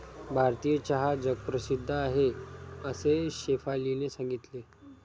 भारतीय चहा जगप्रसिद्ध आहे असे शेफालीने सांगितले